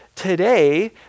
today